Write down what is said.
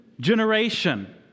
generation